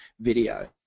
video